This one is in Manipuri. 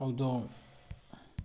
ꯍꯧꯗꯣꯡ